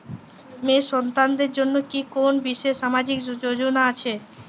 মেয়ে সন্তানদের জন্য কি কোন বিশেষ সামাজিক যোজনা আছে?